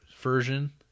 version